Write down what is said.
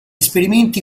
esperimenti